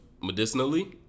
medicinally